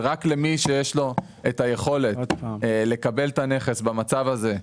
ורק למי שיש יכולת לקבל את הנכס במצב הזה,